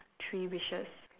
three wishes